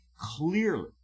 clearly